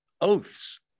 oaths